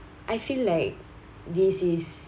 I feel like this is